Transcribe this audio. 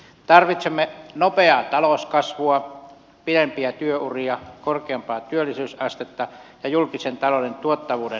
tarvitsemme nopeaa talouskasvua pidempiä työuria korkeampaa työllisyysastetta ja julkisen talouden tuottavuuden parantamista